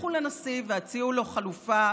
לכו לנשיא והציעו לו חלופה,